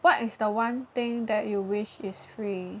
what is the one thing that you wish is free